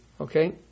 Okay